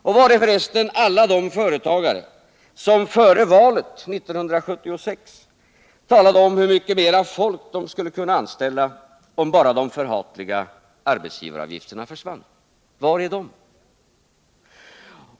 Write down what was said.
Var är för resten alla de företagare som före valet 1976 talade om hur mycket mera folk de skulle kunna anställa, om bara de förhatliga arbetsgivaravgifterna försvann?